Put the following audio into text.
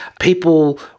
people